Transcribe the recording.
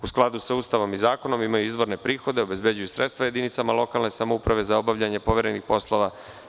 U skladu sa Ustavom i zakonom imaju izvorne prihode, obezbeđuju sredstva jedinicama lokalne samouprave za obavljanje poverenih poslova.